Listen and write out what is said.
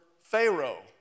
Pharaoh